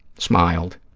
smiled,